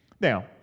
Now